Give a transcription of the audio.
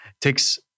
takes